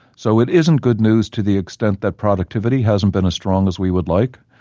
so it isn't good news to the extent that productivity hasn't been as strong as we would like.